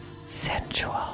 sensual